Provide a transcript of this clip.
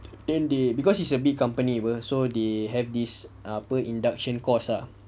then they because it's a big company apa so they have this apa induction course ah